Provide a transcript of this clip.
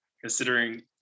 considering